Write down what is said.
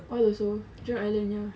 oil also jurong island ya